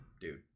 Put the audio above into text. dude